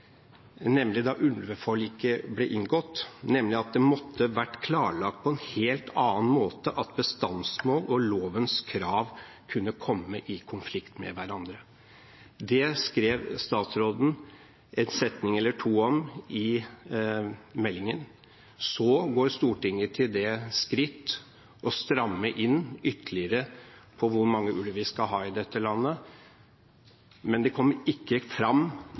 nemlig at det måtte vært klarlagt på en helt annen måte at bestandsmål og lovens krav kunne komme i konflikt med hverandre. Det skrev statsråden en setning eller to om i meldingen. Så går Stortinget til det skritt å stramme inn ytterligere på hvor mange ulver vi skal ha i dette landet, men det kommer ikke fram